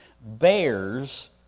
bears